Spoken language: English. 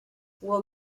will